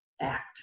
act